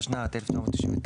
התשנ"ט 1999,